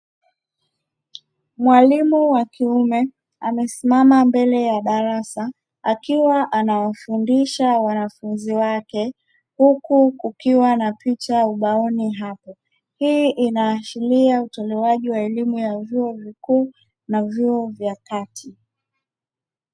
Mwalimu wa kiume amesimama mbele ya darasa, akiwa anawafundisha wanafunzi wake, huku kukiwa na picha ubaoni hapo. Hii inaashiria utolewaji wa elimu ya vyuo vikuu na vyuo vya kati.